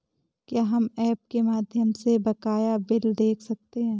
क्या हम ऐप के माध्यम से बकाया बिल देख सकते हैं?